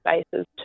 spaces